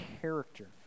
character